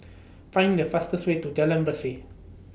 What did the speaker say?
Find The fastest Way to Jalan Berseh